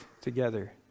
together